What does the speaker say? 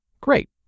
Great